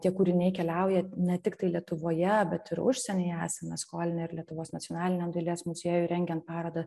tie kūriniai keliauja ne tiktai lietuvoje bet ir užsienyje esame skolinę ir lietuvos nacionaliniam dailės muziejui rengiant parodą